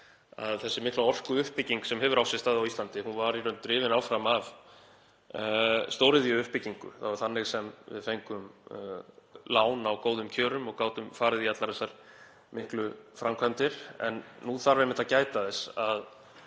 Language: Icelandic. að þessi mikla orkuuppbygging sem hefur átt sér stað á Íslandi var í raun drifin áfram af stóriðjuuppbyggingu. Það var þannig sem við fengum lán á góðum kjörum og gátum farið í allar þessar miklu framkvæmdir. En nú þarf einmitt að gæta að